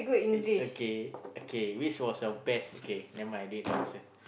it's okay okay which was your best okay never mind don't need to answer